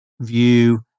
view